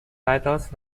titles